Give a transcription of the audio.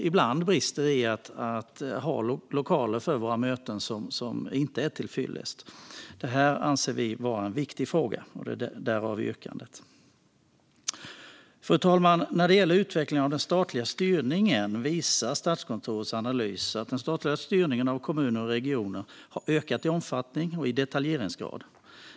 Ibland brister vi, och lokalerna där vi har våra möten är inte till fyllest. Det här anser vi vara en viktig fråga, därav yrkandet. Fru talman! När det gäller utvecklingen av den statliga styrningen visar Statskontorets analys att den statliga styrningen av kommuner och regioner har ökat i omfattning och detaljeringsgrad.